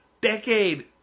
decade